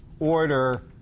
order